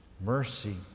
mercy